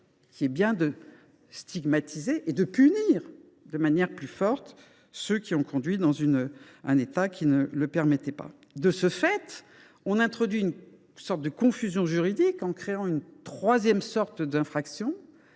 qui est bien de stigmatiser et de punir de manière plus forte ceux qui ont conduit dans un état ne le permettant pas. Vous introduisez une confusion juridique en créant une troisième sorte d’infraction